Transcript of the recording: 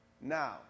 now